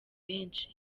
benshi